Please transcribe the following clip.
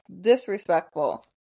disrespectful